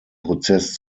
prozess